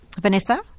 Vanessa